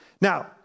Now